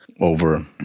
over